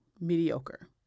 mediocre